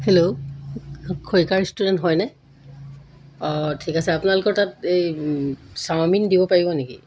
hello খৰিকা restaurant হয়নে অঁ ঠিক আছে আপোনালোকৰ তাত এই চাওমিন দিব পাৰিব নেকি